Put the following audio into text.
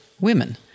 women